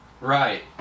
Right